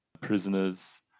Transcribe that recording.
prisoners